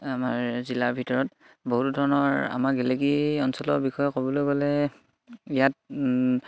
আমাৰ জিলাৰ ভিতৰত বহুতো ধৰণৰ আমাৰ গেলেগী অঞ্চলৰ বিষয়ে ক'বলৈ গ'লে ইয়াত